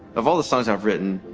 of all the songs i've written,